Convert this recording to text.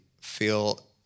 feel